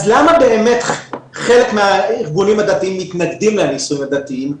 אז למה באמת חלק מהארגונים הדתיים מתנגדים לנישואים הדתיים,